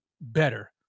better